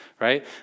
right